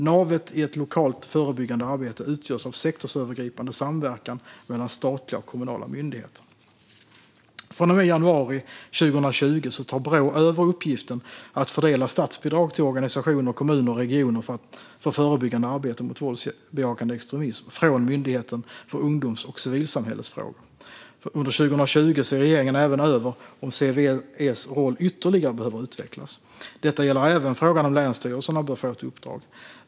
Navet i ett lokalt förebyggande arbete utgörs av sektorsövergripande samverkan mellan statliga och kommunala myndigheter. Från och med januari 2020 tar Brå över uppgiften att fördela statsbidrag till organisationer, kommuner och regioner för förebyggande arbete mot våldsbejakande extremism från Myndigheten för ungdoms och civilsamhällesfrågor. Under 2020 ser regeringen även över om CVE:s roll ytterligare behöver utvecklas. Detta gäller även frågan om huruvida länsstyrelserna bör få ett uppdrag.